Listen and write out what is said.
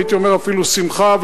הייתי אומר אפילו שמחה,